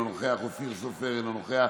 אינו נוכח,